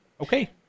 Okay